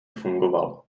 fungoval